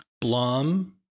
Blom